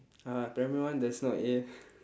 uh primary one there's no A